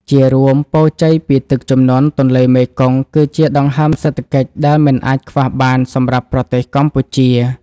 ជារួម ពរជ័យពីទឹកជំនន់ទន្លេមេគង្គ គឺជាដង្ហើមសេដ្ឋកិច្ចដែលមិនអាចខ្វះបានសម្រាប់ប្រទេសកម្ពុជា។